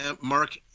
Mark